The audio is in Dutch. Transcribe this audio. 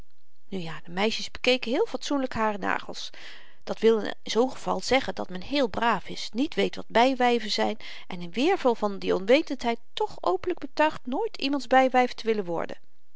nu ja de meisjes bekeken heel fatsoenlyk haar nagels dat wil in zoo'n geval zeggen dat men heel braaf is niet weet wat bywyven zyn en in weerwil van die onwetendheid toch openlyk betuigt nooit iemands bywyf te willen worden